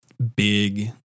big